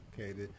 Okay